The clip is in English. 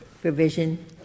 provision